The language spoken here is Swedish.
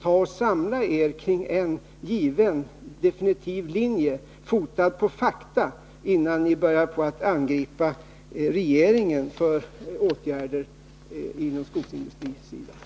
Ta och samla er kring en given, definitiv linje fotad på fakta, innan ni börjar angripa regeringen och kräva att den vidtar åtgärder på skogsindustrins område!